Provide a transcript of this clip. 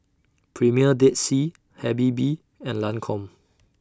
Premier Dead Sea Habibie and Lancome